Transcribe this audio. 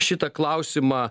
šitą klausimą